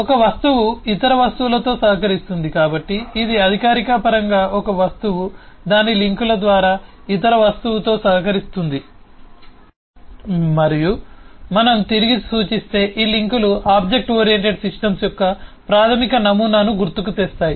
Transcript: ఒక వస్తువు ఇతర వస్తువులతో సహకరిస్తుంది కాబట్టి ఇది అధికారిక పరంగా ఒక వస్తువు దాని లింకుల ద్వారా ఇతర వస్తువుతో సహకరిస్తుంది మరియు మనం తిరిగి సూచిస్తే ఈ లింకులు ఆబ్జెక్ట్ ఓరియెంటెడ్ సిస్టమ్స్ యొక్క ప్రాథమిక నమూనాను గుర్తుకు తెస్తాయి